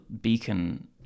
beacon